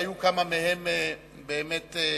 והיו כמה מהם באמת חשובים.